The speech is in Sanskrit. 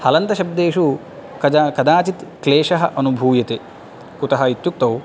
हलन्तशब्देषु कदाचित् क्लेशः अनुभूयते कुतः इत्युक्तौ